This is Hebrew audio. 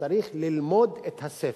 שצריך ללמוד את הספר.